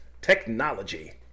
Technology